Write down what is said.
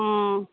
অঁ